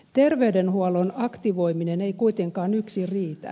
terveydenhuollon aktivoiminen ei kuitenkaan yksin riitä